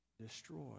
destroy